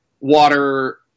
water